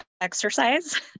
exercise